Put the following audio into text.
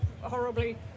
horribly